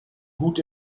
hut